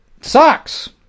Sucks